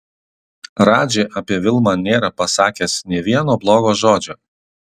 radži apie vilmą nėra pasakęs nė vieno blogo žodžio